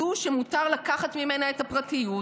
זו שמותר לקחת ממנה את הפרטיות,